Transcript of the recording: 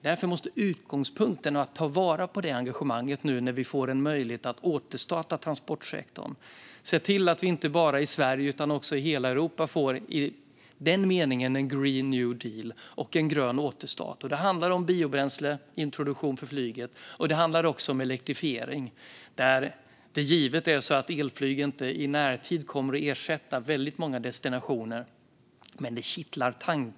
Därför måste utgångspunkten vara att ta vara på det engagemanget nu när vi får en möjlighet att återstarta transportsektorn och se till att vi inte bara i Sverige utan hela Europa får i den meningen en green new deal och en grön återstart. Det handlar om biobränsle, introduktion för flyget, och det handlar också om elektrifiering. Det är givet att elflyg inte i närtid kommer att ersätta flyg till väldigt många destinationer, men tanken kittlar.